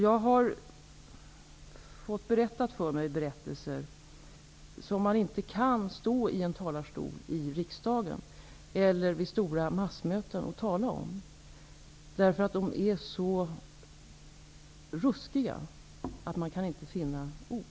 Jag har fått höra berättelser som man inte kan tala om från riksdagens talarstol eller vid stora massmöten. Dessa berättelser är nämligen så ruskiga att man inte kan finna ord.